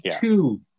two